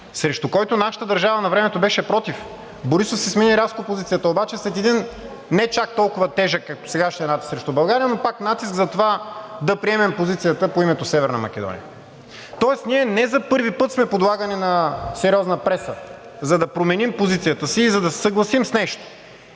срещу който нашата държава навремето беше против. Борисов си смени рязко позицията обаче след един не чак толкова тежък като сегашния натиск срещу България, но пак натиск за това да приемем позицията по името Северна Македония. Тоест, ние не за първи път сме подлагани на сериозна преса, за да променим позицията си и да се съгласим с нещо,